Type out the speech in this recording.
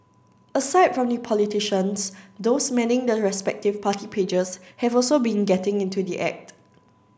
aside from the politicians those manning the respective party pages have also been getting into the act